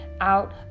out